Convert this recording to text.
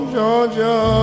Georgia